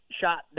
shot